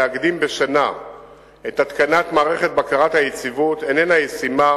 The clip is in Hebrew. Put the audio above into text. להקדים בשנה את התקנת מערכת בקרת היציבות איננה ישימה